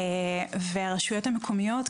הרשויות המקומיות,